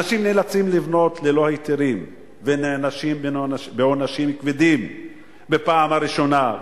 אנשים נאלצים לבנות ללא היתרים ונענשים בעונשים כבדים בפעם הראשונה,